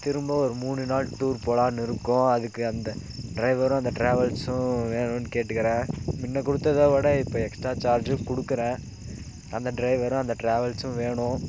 திரும்ப ஒரு மூணு நாள் டூர் போலான்னு இருக்கோம் அதுக்கு அந்த டிரைவரும் அந்த டிராவல்ஸும் வேணுன்னு கேட்டுக்கறேன் முன்ன கொடுத்தத விட இப்போ எக்ஸ்ட்ரா சார்ஜும் கொடுக்கறேன் அந்த டிரைவரும் அந்த டிராவல்ஸும் வேணும்